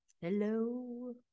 Hello